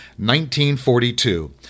1942